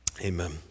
Amen